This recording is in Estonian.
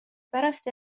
pärast